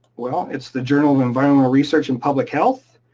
well, it's the journal of environmental research and public health,